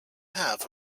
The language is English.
half